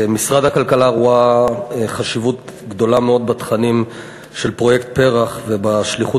משרד הכלכלה רואה חשיבות גדולה מאוד בתכנים של פרויקט פר"ח ובשליחות